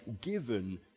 given